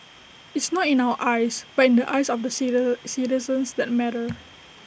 it's not in our eyes but in the eyes of the citizens that matter